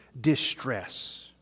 distress